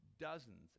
dozens